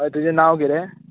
हय तुजे नांव किते